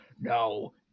No